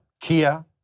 Kia